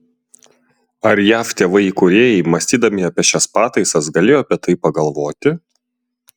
ar jav tėvai įkūrėjai mąstydami apie šias pataisas galėjo apie tai pagalvoti